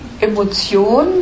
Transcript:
Emotion